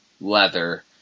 leather